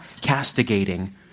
castigating